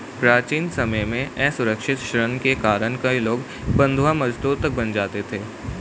प्राचीन समय में असुरक्षित ऋण के कारण कई लोग बंधवा मजदूर तक बन जाते थे